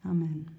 Amen